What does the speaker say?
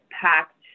packed